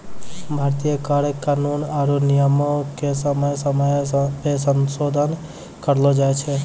भारतीय कर कानून आरु नियमो के समय समय पे संसोधन करलो जाय छै